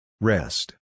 rest